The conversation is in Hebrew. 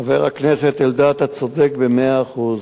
חבר הכנסת אלדד, אתה צודק במאה אחוז.